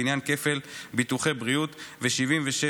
בעניין כפל ביטוחי בריאות ו-76(3),